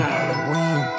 Halloween